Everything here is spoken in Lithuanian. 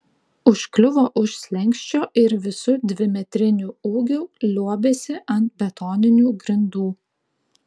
užkliuvo už slenksčio ir visu dvimetriniu ūgiu liuobėsi ant betoninių grindų